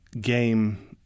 game